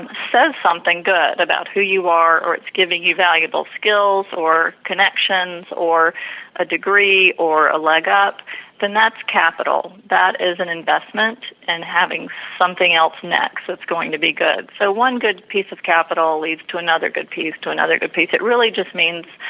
says something good about who you are or it's giving you valuable skills or connections or ah degree or leg-up then that's capital that is an investment and having something else next what's going to be good. so, one good piece of capital leads to another good piece, to another good piece, it really just means,